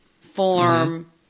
form